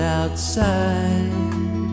outside